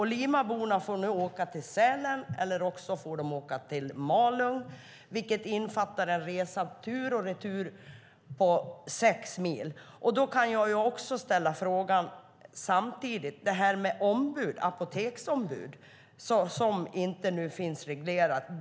Limaborna får nu åka till Sälen eller till Malung. Det innefattar en resa tur och retur på sex mil. Jag kan samtidigt ställa frågan om apoteksombud som nu inte finns reglerat.